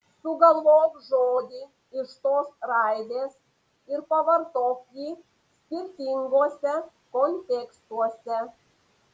sugalvok žodį iš tos raidės ir pavartok jį skirtinguose kontekstuose